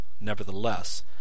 nevertheless